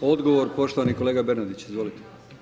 Odgovor, poštovani kolega Bernardić, izvolite.